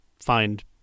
Find